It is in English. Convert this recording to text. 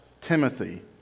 Timothy